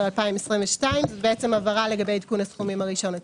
2022. זו הבהרה לגבי עדכון הסכום הראשון הצפוי.